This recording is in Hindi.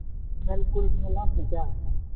हेल्प उल्प मिला था क्या